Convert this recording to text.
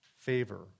favor